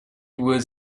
was